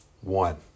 one